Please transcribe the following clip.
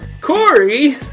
Corey